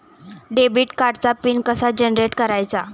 Debit कार्डचा PIN कसा generate करायचा?